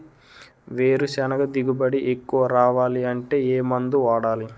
వేరుసెనగ దిగుబడి ఎక్కువ రావాలి అంటే ఏ మందు వాడాలి?